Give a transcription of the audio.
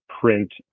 print